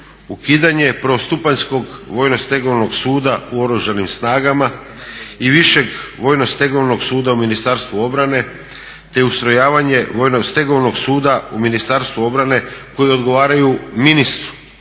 ukidanje Prvostupanjskog vojno stegovnog suda u Oružanim snagama i Višeg vojno stegovnog suda u Ministarstvu obrane, te ustrojavanje Vojno stegovnog suda u Ministarstvu obrane koji odgovaraju ministru,